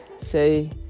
say